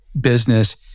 business